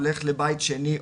הולך לבית שני,